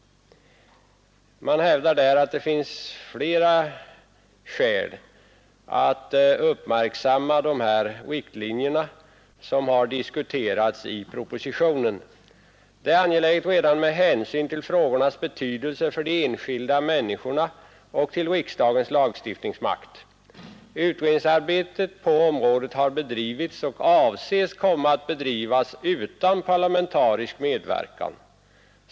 Man hävdar där att det finns flera skäl att uppmärksamma de riktlinjer som har diskuterats i propositionen. Detta är angeläget redan med hänsyn till frågornas betydelse för de enskilda människorna och till riksdagens lagstiftningsmakt. Utredningsarbetet på området har bedrivits och avses komma att bedrivas utan parlamentarisk medverkan.